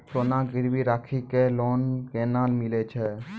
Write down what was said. सोना गिरवी राखी कऽ लोन केना मिलै छै?